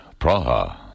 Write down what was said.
Praha